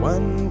One